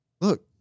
Look